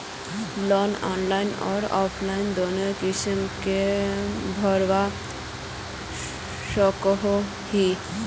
Loan online आर offline दोनों किसम के भरवा सकोहो ही?